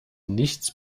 nichts